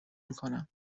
میکنم